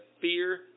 fear